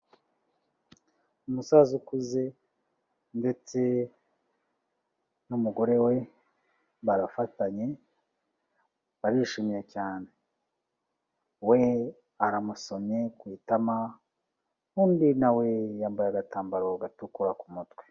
Umusaza ukuze ndetse n'umugore we, barafatanye, barishimye cyane. We aramusomye ku itama, undi na we yambaye agatambaro gatukura ku mutwe.